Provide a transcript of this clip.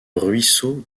ruisseau